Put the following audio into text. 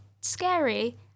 scary